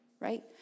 right